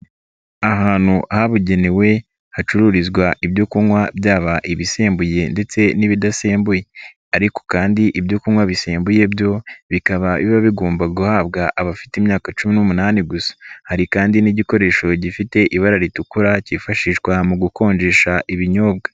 Ahantu habugenewe hacururizwa ibyo kunywa byaba ibisembuye ndetse n'ibidasembuye ariko kandi ibyo kunywa bisembuye byo bikaba biba bigomba guhabwa abafite imyaka cumi n'umunani gusa, hari kandi n'igikoresho gifite ibara ritukura kifashishwa mu gukonjesha ibinyobwa.